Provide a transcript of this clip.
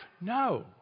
No